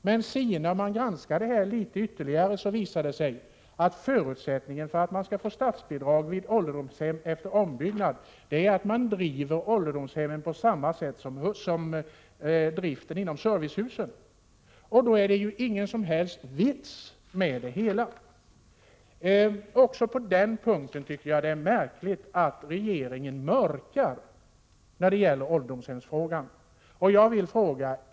Men när man granskar detta något ytterligare, visar det sig att förutsättningen för att få statsbidrag till ålderdomshem efter ombyggnad är att de drivs på samma sätt som servicehusen. Då är det ju ingen som helst vits med det hela. Också på den punkten tycker jag att det är märkligt att regeringen ”mörkar” när det gäller frågan om ålderdomshemmen.